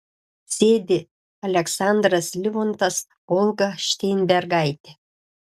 sėdi aleksandras livontas olga šteinbergaitė